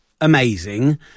amazing